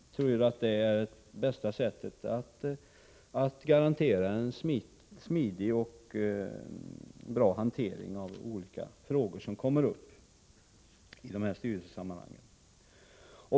Vi tror att det är det bästa sättet att garantera en smidig och bra hantering av olika frågor som kommer upp i dessa styrelsesammanhang.